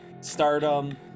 stardom